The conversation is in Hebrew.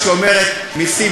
אתה מהאסכולה שאומרת: מסים,